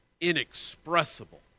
inexpressible